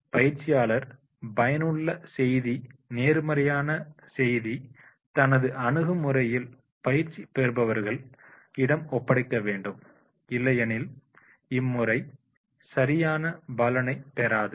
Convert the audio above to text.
பயிற்சியாளர் பயனுள்ள செய்தி நேர்மறையான செய்தியையும் தனது அணுகுமுறையில் பயிற்சி பெறுபவர்கள் இடம் ஒப்படைக்க வேண்டும் இல்லையெனில் இம்முறை சரியான பலனை பெறாது